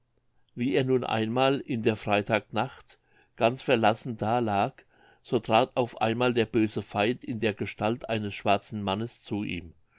wie er nun einmal in der freitag nacht ganz verlassen da lag so trat auf einmal der böse feind in der gestalt eines schwarzen mannes zu ihm